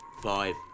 five